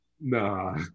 Nah